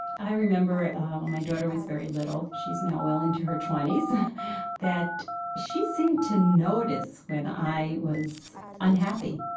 i remember when my daughter was very little she's now well into her twenty s that she seemed to notice when i was unhappy.